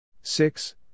six